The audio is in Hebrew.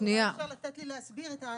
אולי אפשר לתת לי להסביר.